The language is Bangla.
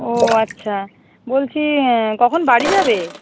ও আচ্ছা বলছি কখন বাড়ি যাবে